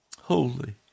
Holy